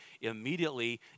immediately